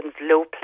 low